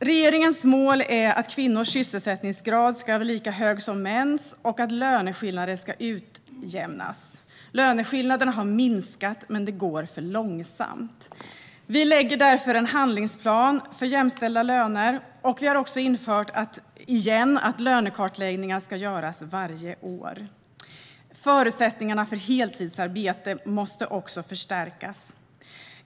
Regeringens mål är att kvinnors sysselsättningsgrad ska vara lika hög som mäns och att löneskillnaderna ska utjämnas. Löneskillnaderna har minskat, men det går för långsamt. Vi lägger därför fram en handlingsplan för jämställda löner, och vi har återigen infört att lönekartläggningar ska göras varje år. Förutsättningarna för heltidsarbete måste också förstärkas.